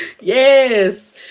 Yes